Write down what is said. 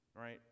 Right